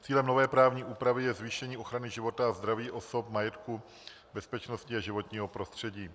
Cílem nové právní úpravy je zvýšení ochrany života a zdraví osob, majetku, bezpečnosti a životního prostředí.